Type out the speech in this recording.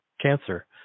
cancer